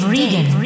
Regan